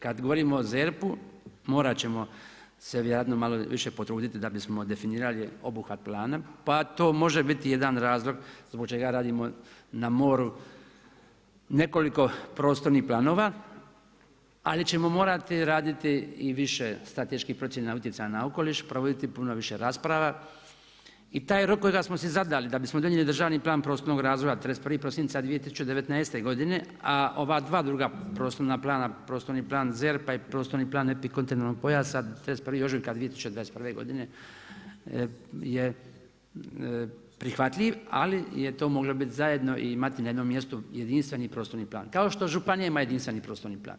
Kad govorimo o ZERP-u morat ćemo se vjerojatno malo više potruditi da bismo definirali obuhvat plana, pa to može biti jedan razlog zbog čega radimo na moru nekoliko prostornih planova, ali ćemo morati raditi i više strateških procjena na utjecaj na okoliš, provoditi puno više rasprava i taj rok kojeg smo si zadali da bismo donijeli državni plan, prostornog razvoja 31. prosinca 2019. godine, a ova dva druga prostorna plana, prostorni plan ZERP-a i prostorni plan epikontinentalnog pojasa 31. ožujka 2021. godine je prihvatljiv, ali je to moglo biti zajedno i imati na jednom mjestu, jedinstveni prostorni plan, kao što županija ima jedinstveni prostorni plan.